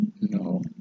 No